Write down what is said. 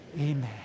Amen